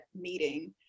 meeting